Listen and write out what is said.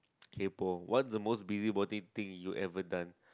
kaypoh what's the most busybody thing you ever done